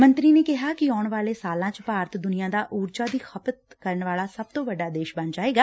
ਮੰਤਰੀ ਨੇ ਕਿਹਾ ਕਿ ਆਉਣ ਵਾਲੇ ਸਾਲਾਂ ਚ ਭਾਰਤ ਦੁਨੀਆਂ ਦਾ ਉਰਜਾ ਦੀ ਖ਼ਪਤ ਵਾਲਾ ਸਭ ਤੋਂ ਵੱਡਾ ਦੇਸ਼ ਬਣ ਜਾਏਗਾ